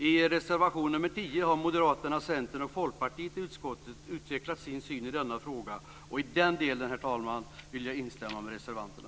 I reservation nr 10 har moderaterna, centerpartisterna och folkpartisterna i utskottet utvecklat sin syn på denna fråga, och i den delen, herr talman, vill jag instämma med reservanterna.